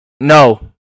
no